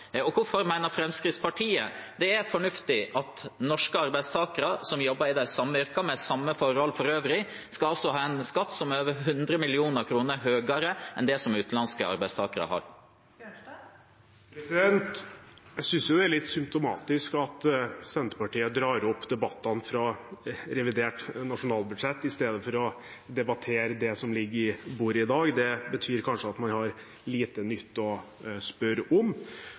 har. Hvorfor mener Fremskrittspartiet det er fornuftig at norske arbeidstakere som jobber i de samme yrkene, med samme forhold for øvrig, skal ha en skatt som er over 100 mill. kr høyere enn det utenlandske arbeidstakere har? Jeg synes det er litt symptomatisk at Senterpartiet drar opp debattene fra revidert nasjonalbudsjett i stedet for å debattere det som ligger på bordet i dag. Det betyr kanskje at man har lite nytt å spørre om.